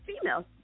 females